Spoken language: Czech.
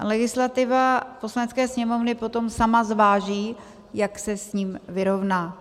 Legislativa Poslanecké sněmovny potom sama zváží, jak se s ním vyrovná.